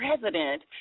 president